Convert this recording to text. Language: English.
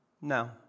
No